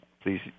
Please